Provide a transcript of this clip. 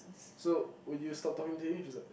so would you stop talking to him if he's like